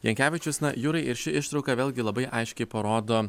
jankevičius na jurai ir ši ištrauka vėlgi labai aiškiai parodo